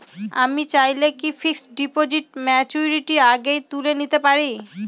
আমি চাইলে কি ফিক্সড ডিপোজিট ম্যাচুরিটির আগেই তুলে নিতে পারি?